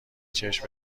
چشم